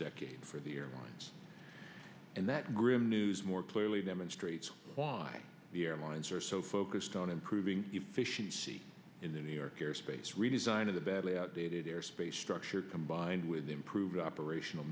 decade for the airlines and that grim news more clearly demonstrates why the airlines are so focused on improving efficiency in the new york airspace redesign of the bad airspace structure combined with improved operational